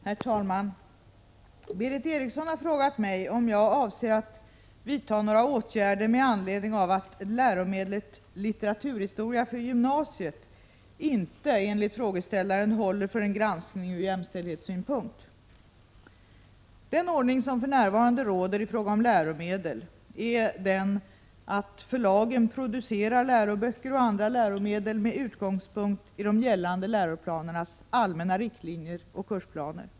Herr talman! Berith Eriksson har frågat mig om jag avser att vidta några åtgärder med anledning av att läromedlet ”Litteraturhistoria för gymnasiet” inte, enligt frågeställaren, håller för en granskning ur jämställdhetssynpunkt. Den ordning som för närvarande råder i fråga om läromedel är den att förlagen producerar läroböcker och andra läromedel med utgångspunkt i de gällande läroplanernas allmänna riktlinjer och kursplaner.